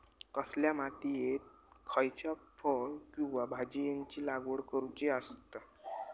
कसल्या मातीयेत खयच्या फळ किंवा भाजीयेंची लागवड करुची असता?